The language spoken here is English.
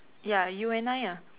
ya you and I ah